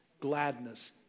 gladness